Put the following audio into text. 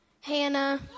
Hannah